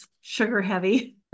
sugar-heavy